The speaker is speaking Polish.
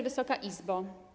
Wysoka Izbo!